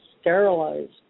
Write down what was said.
sterilized